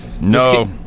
No